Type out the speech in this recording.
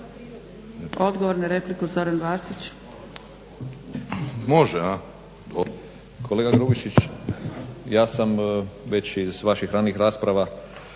Odgovor na repliku, Zoran Vasić. **Vasić, Zoran (SDP)** Kolega Grubišić, ja sam već iz vaših ranijih rasprava